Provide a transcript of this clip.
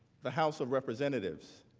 the house of representatives,